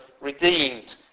redeemed